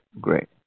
great